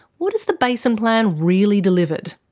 what has the basin plan really delivered?